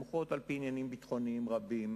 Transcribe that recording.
הן מוכרעות על-פי עניינים ביטחוניים רבים,